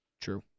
True